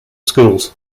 schools